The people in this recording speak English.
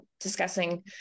discussing